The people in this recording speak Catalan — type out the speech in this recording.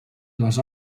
oques